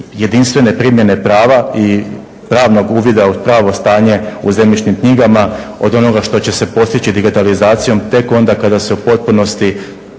jedinstvene primjene prava i pravnog uvida u pravo stanje u zemljišnim knjigama od onoga što će se postići digitalizacijom tek onda kada se u potpunosti